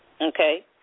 okay